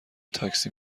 تاکسی